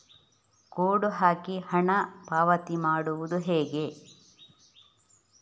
Code ಹಾಕಿ ಹಣ ಪಾವತಿ ಮಾಡೋದು ಹೇಗೆ?